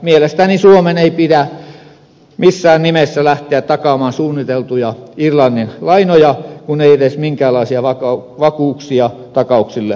mielestäni suomen ei pidä missään nimessä lähteä takaamaan suunniteltuja irlannin lainoja kun ei edes minkäänlaisia vakuuksia takauksille ole saatu